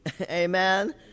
Amen